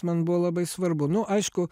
man buvo labai svarbu nu aišku